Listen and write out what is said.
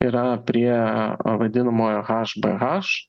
yra prie vadinamojo hbh